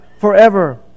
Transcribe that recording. forever